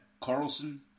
Carlson